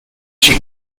she